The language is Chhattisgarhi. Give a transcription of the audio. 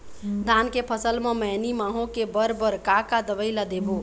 धान के फसल म मैनी माहो के बर बर का का दवई ला देबो?